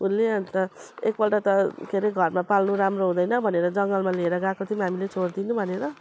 उसले अन्त एकपल्ट त के अरे घरमा पाल्नु राम्रो हुँदैन भनेर जङ्गलमा लिएर गएको थियौँ हामीले छोडिदिनु भनेर